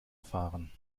fahren